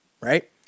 right